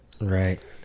right